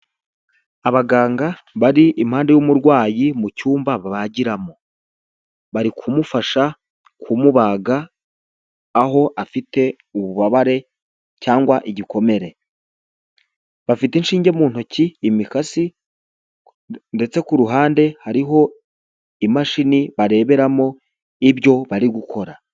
Abaganga bari impande y'umurwayi mu cyumba babagiramo, bari kumufasha kumubaga aho afite ububabare cyangwa igikomere, bafite inshinge mu ntoki imikasi, ndetse ku ruhande hariho imashini bareberamo ibyo bari gukora.